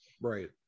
Right